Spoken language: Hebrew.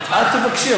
את תבקשי,